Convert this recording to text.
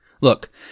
Look